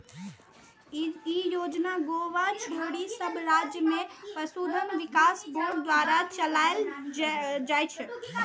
ई योजना गोवा छोड़ि सब राज्य मे पशुधन विकास बोर्ड द्वारा चलाएल जाइ छै